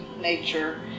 nature